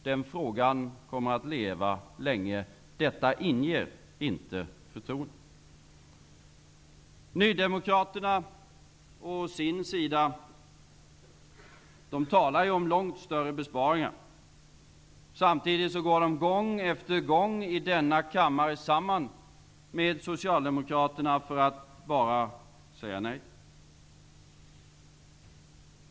Den frågan kommer att leva länge. Detta inger inte förtroende. Nydemokraterna å sin sida talar om långt större besparingar. Samtidigt går de gång efter gång i denna kammare samman med Socialdemokraterna för att bara säga nej.